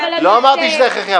לא אמרתי שזה הכרחי,